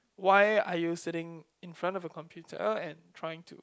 why are you sitting in front of a computer and trying to